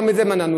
גם את זה מנענו.